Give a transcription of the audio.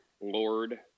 Lord